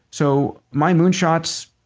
so my moonshots